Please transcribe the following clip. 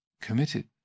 committed